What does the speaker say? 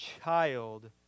child